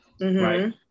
right